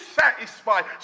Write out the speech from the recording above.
satisfied